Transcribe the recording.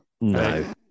no